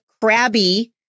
crabby